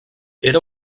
era